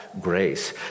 grace